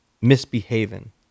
Misbehaving